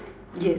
yes